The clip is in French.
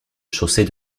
chaussée